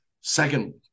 second